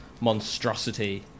monstrosity